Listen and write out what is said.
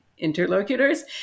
interlocutors